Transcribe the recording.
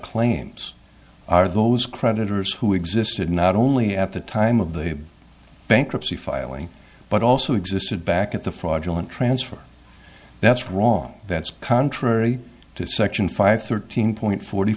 claims are those creditors who existed not only at the time of the bankruptcy filing but also existed back at the fraudulent transfer that's wrong that's contrary to section five thirteen point forty